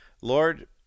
Lord